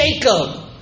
Jacob